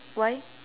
why